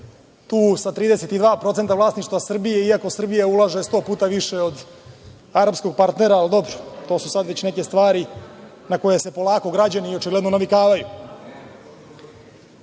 tu sa 32% vlasništva Srbije iako Srbija ulaže 100 puta više od arapskog partnera, ali dobro to su sad već neke stvari na koje se polako građani očigledno navikavaju.U